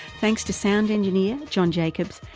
thanks to sound engineer, john jacobs,